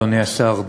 אדוני השר,